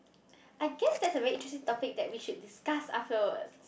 I guess there's a way to see topic that we should discuss afterward